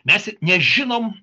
mes nežinom